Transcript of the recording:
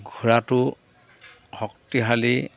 ঘোঁৰাটো শক্তিশালী